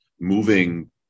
moving